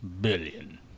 billion